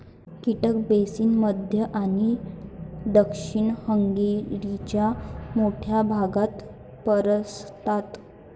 कीटक बेसिन मध्य आणि दक्षिण हंगेरीच्या मोठ्या भागात पसरतात